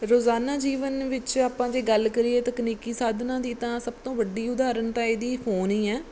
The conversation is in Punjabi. ਰੋਜ਼ਾਨਾ ਜੀਵਨ ਵਿੱਚ ਆਪਾਂ ਜੇ ਗੱਲ ਕਰੀਏ ਤਕਨੀਕੀ ਸਾਧਨਾਂ ਦੀ ਤਾਂ ਸਭ ਤੋਂ ਵੱਡੀ ਉਦਾਹਰਨ ਤਾਂ ਇਹਦੀ ਫੋਨ ਹੀ ਹੈ